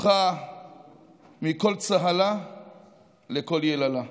הפכה מקול צהלה לקול יללה.